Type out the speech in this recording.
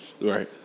Right